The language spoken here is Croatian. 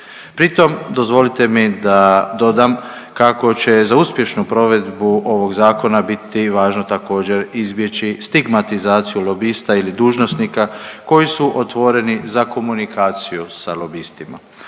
Pri tom, dozvolite mi da dodam, kako će za uspješnu provedbu ovog zakona biti važno također izbjeći stigmatizaciju lobista ili dužnosnika koji su otvoreni za komunikaciju sa lobistima.